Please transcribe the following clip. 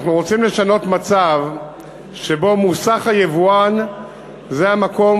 אנחנו רוצים לשנות את המצב שבו מוסך היבואן זה המקום